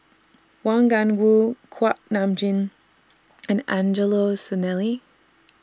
Wang Gungwu Kuak Nam Jin and Angelo Sanelli